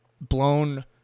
blown